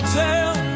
tell